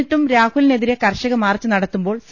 എന്നിട്ടും രാഹുലിനെതിരെ കർഷക മാർച്ച് നടത്തുമ്പോൾ സി